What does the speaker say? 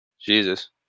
Jesus